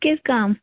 کیٛاز کم